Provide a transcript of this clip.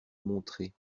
montrer